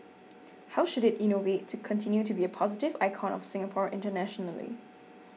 how should it innovate to continue to be a positive icon of Singapore internationally